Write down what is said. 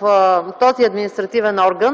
в този административен и